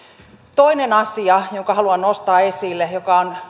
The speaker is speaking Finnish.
toinen asia jonka haluan nostaa esille joka on